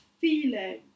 feeling